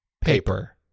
paper